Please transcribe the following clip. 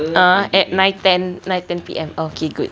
ah at nine ten nine ten P_M okay good